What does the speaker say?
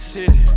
City